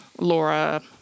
laura